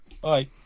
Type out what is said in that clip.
Bye